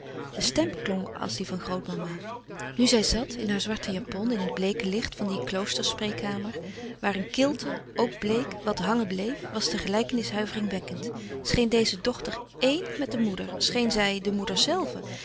de stem klonk als die van grootmama nu zij zàt in haar zwarte japon in het bleeke licht van die kloosterspreekkamer waar een kilte ook bleek wat hangen bleef was de gelijkenis huiveringwekkend scheen deze dochter éen met de moeder scheen zij de moeder zelve